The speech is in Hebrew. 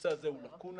הנושא הזה הוא לקונה,